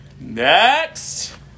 Next